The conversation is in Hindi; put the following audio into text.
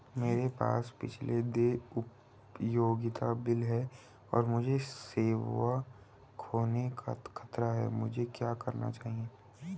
मेरे पास पिछले देय उपयोगिता बिल हैं और मुझे सेवा खोने का खतरा है मुझे क्या करना चाहिए?